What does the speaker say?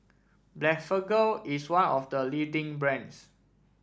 Blephagel is one of the leading brands